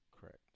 correct